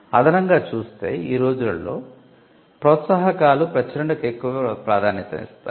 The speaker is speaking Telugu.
అదనంగా చూస్తే ఈ రోజులలో ప్రోత్సాహకాలు ప్రచురణకు ఎక్కువ ప్రాధాన్యతనిస్తాయి